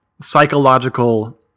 psychological